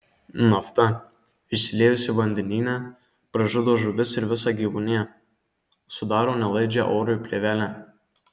nafta išsiliejusi vandenyne pražudo žuvis ir visą gyvūniją sudaro nelaidžią orui plėvelę